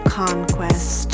conquest